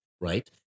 right